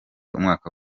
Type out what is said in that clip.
umwaka